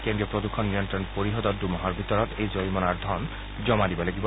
কেন্দ্ৰীয় প্ৰদূষণ নিয়ল্লণ পৰিষদত দুমাহৰ ভিতৰত এই জৰিমনাৰ ধন জমা দিব লাগিব